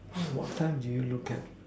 what time did you look at